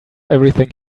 everything